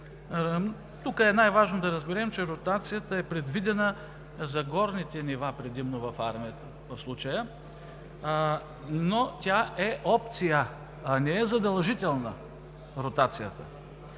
Тук най важно е да разберем, че ротацията е предвидена за горните нива предимно в армията. В случая тя е опция, а не е задължителна ротация.